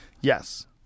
Yes